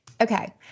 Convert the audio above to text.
Okay